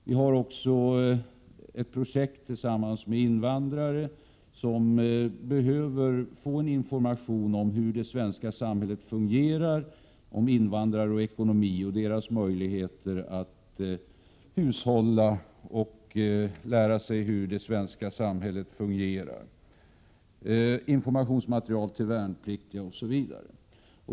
Vi har också ett projekt tillsammans med invandrare som behöver få information om sin egen ekonomi och sina möjligheter att hushålla och lära sig hur det svenska samhället fungerar. Vi har informationsmaterial till värnpliktiga osv.